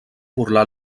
burlar